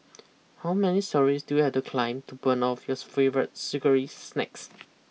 how many storeys do you have to climb to burn off yours favourite sugary snacks